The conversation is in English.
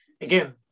again